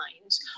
minds